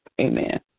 Amen